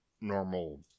normal